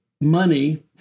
money